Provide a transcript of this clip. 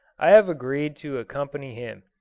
i have agreed to accompany him.